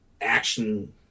action